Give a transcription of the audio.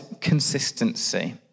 consistency